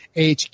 hq